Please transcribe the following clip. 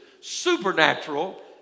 Supernatural